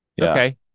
Okay